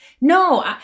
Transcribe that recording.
No